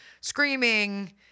screaming